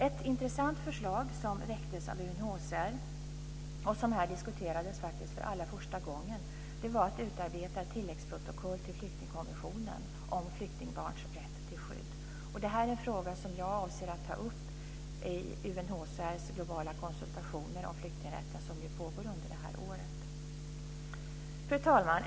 Ett intressant förslag som väcktes av UNHCR och som här diskuterades för allra första gången var att utarbeta ett tilläggsprotokoll till flyktingkonventionen om flyktingbarns rätt till skydd. Detta är en fråga som jag avser att ta upp i UNHCR:s globala konsultationer om flyktingrätten som pågår under det här året. Fru talman!